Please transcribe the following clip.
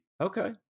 Okay